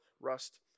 rust